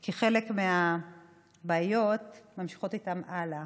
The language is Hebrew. כי חלק מהבעיות ממשיכות איתם הלאה.